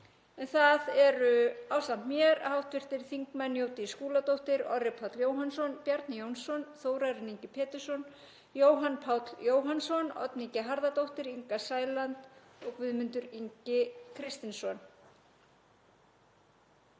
það eru ásamt mér hv. þingmenn Jódís Skúladóttir, Orri Páll Jóhansson, Bjarni Jónsson, Þórarinn Ingi Pétursson, Jóhann Páll Jóhannsson, Oddný G. Harðardóttir, Inga Sæland og Guðmundur Ingi Kristinsson.